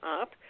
up